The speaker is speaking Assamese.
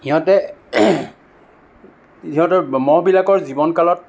সিহঁতে সিহঁতৰ মহবিলাকৰ জীৱন কালত